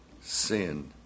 Sin